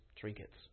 trinkets